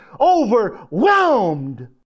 overwhelmed